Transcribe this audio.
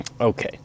Okay